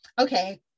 Okay